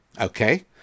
okay